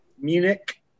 Munich